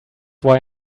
why